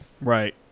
Right